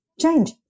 change